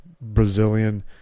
Brazilian